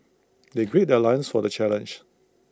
they gird their loins for the challenge